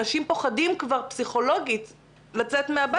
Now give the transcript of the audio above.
אנשים פוחדים כבר פסיכולוגית לצאת מן הבית,